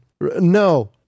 No